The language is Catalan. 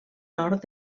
nord